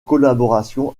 collaboration